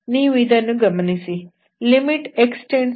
ನೀವು ಇದನ್ನು ಗಮನಿಸಿ x→ 1 x1